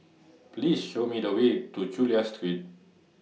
Please Show Me The Way to Chulia Street